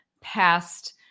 past